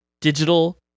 digital